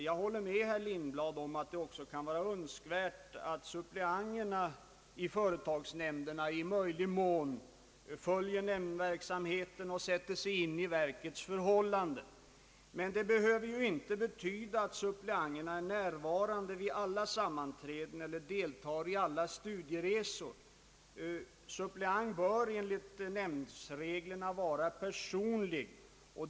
Jag håller med herr Lindblad om att det också kan vara önskvärt att suppleanterna i företagsnämnderna i möjligaste mån följer nämndverksamheten och sätter sig in i verkets förhållanden. Men det behöver inte betyda att suppleanterna är närvarande vid alla sammanträden eller deltar i alla studieresor. Suppleant bör enligt nämndsreglerna vara personlig ersättare.